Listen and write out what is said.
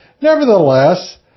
Nevertheless